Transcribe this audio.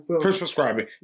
Prescribing